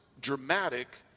dramatic